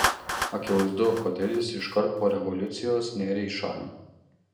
akivaizdu kodėl jis iškart po revoliucijos nėrė į šalį